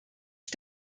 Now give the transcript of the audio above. ich